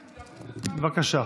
בבקשה,